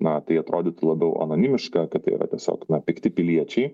na tai atrodytų labiau anonimiška kad tai yra tiesiog na pikti piliečiai